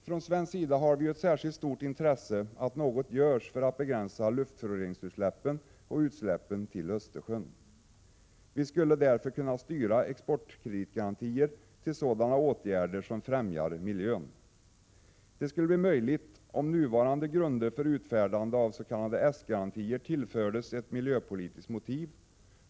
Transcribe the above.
Från svensk sida har vi ett särskilt stort intresse att något görs för att begränsa luftföroreningsutsläppen och utsläppen i Östersjön. Vi skulle därför kunna styra exportkreditgarantier till sådana åtgärder som främjar miljön. Det skulle bli möjligt om nuvarande grunder för utfärdande av s.k. s-garantier tillfördes ett miljöpolitiskt motiv.